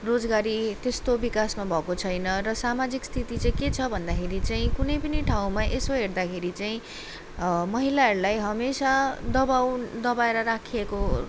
रोजगारी त्यस्तो विकासमा भको छैन र सामाजिक स्थिति चाहिँ के छ भन्दाखेरि चाहिँ कुनै पनि ठाउँमा यसो हेर्दाखेरि चाहिँ महिलाहरूलाई हमेसा दबाउ दबाएर राखिएको